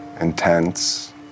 intense